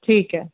ਠੀਕ ਹੈ